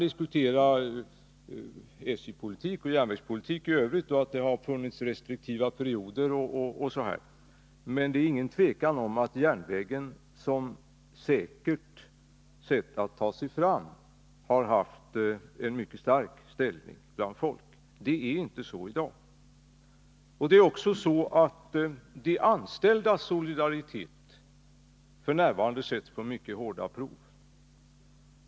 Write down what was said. Det är inget tvivel om att järnvägen som säkert sätt att ta sig fram har haft en mycket stark ställning bland folk. Det är inte så i dag. De anställdas solidaritet sätts också på mycket hårda prov.